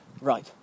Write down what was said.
Right